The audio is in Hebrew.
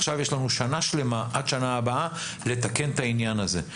עכשיו יש לנו שנה שלמה עד שנה הבאה לתקן את העניין הזה.